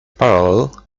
parallel